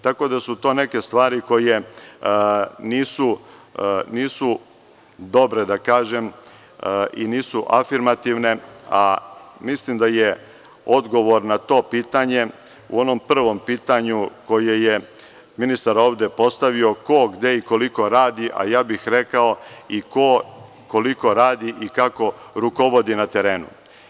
To su neke stvari koje nisu dobre i nisu afirmativne, a mislim da je odgovor na to pitanje u onom prvom pitanju koje je ministar ovde postavio – ko, gde i koliko radi, a ja bih rekao i – ko, koliko radi i kako rukovodi na terenu.